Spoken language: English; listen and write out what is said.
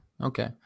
Okay